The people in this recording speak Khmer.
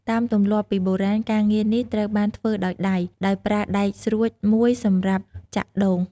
តាមទម្លាប់ពីបុរាណ ការងារនេះត្រូវបានធ្វើដោយដៃ ដោយប្រើដែកស្រួចមួយសម្រាប់ចាក់ដូង។